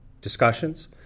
discussions